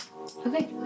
okay